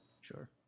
sure